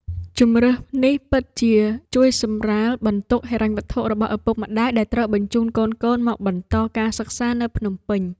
ជម្រើសនេះពិតជាជួយសម្រាលបន្ទុកហិរញ្ញវត្ថុរបស់ឪពុកម្ដាយដែលត្រូវបញ្ជូនកូនៗមកបន្តការសិក្សានៅភ្នំពេញ។